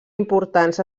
importants